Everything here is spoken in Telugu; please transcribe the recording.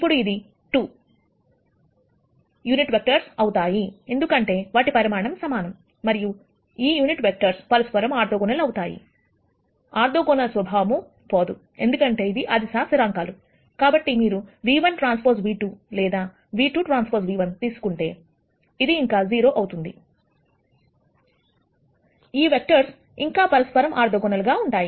ఇప్పుడు ఈ 2 యూనిట్ వెక్టర్స్ అవుతాయి ఎందుకంటే వాటి పరిమాణం సమానం మరియు ఈ యూనిట్ వెక్టర్స్ పరస్పరము ఆర్థోగోనల్ అవుతాయి ఆర్థోగోనల్ స్వభావము పోదు ఎందుకంటే ఇవి అదిశా స్థిరాంకాలు కాబట్టి మీరు v1Tv2 లేదా v2Tv1 తీసుకుంటే ఇది ఇంక 0 అవుతుంది ఈ వెక్టర్స్ ఇంకా పరస్పరము ఆర్థోగోనల్ గా ఉంటాయి